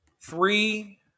three